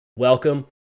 welcome